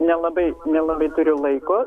nelabai nelabai turiu laiko